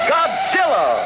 Godzilla